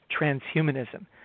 transhumanism